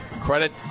Credit